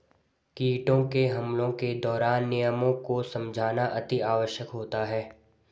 कीटों के हमलों के दौरान नियमों को समझना अति आवश्यक होता है